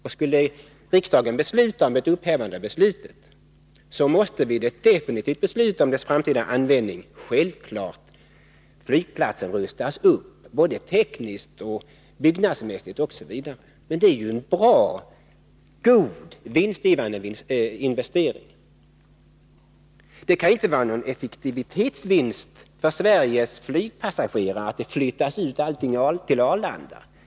Och skulle riksdagen besluta om ett upphävande av beslutet om flyttning, måste flygplatsen vid ett definitivt beslut om dess framtida användning självfallet rustas upp, tekniskt, byggnadsmässigt osv. Men det är ju en god, vinstgivande investering. Det kan inte vara någon effektivitetsvinst för Sveriges flygpassagerare att allt flyttas ut till Arlanda.